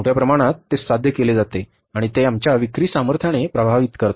मोठ्या प्रमाणात ते साध्य केले जाते आणि ते आमच्या विक्री सामर्थ्याने प्रभावित करते